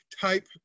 type